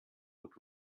would